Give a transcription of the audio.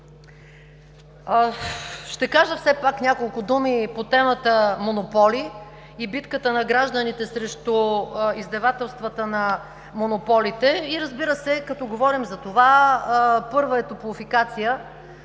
Ще кажа няколко думи по темата „Монополи“ и битката на гражданите срещу издевателствата на монополите. Като говорим за това, първата е „Топлофикация“.